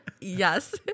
Yes